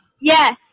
Yes